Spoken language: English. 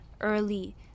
early